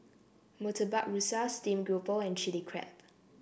Murtabak Rusa Steamed Grouper and Chili Crab